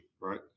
right